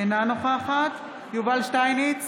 אינה נוכחת יובל שטייניץ,